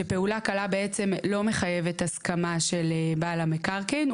שפעולה קלה בעצם לא מחייבת הסכמה של בעל המקרקעין.